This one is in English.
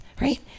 right